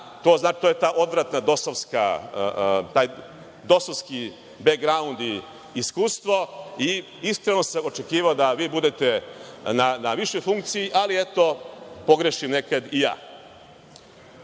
To je ta odvratna dosovska, taj dosovski bekgraund i iskustvo i iskreno sam očekivao da vi budete na višoj funkciji, ali eto, pogrešim nekada